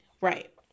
right